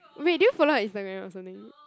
wait did you follow her Instagram or something